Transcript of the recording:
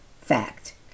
Fact